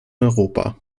europa